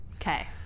Okay